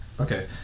Okay